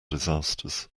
disasters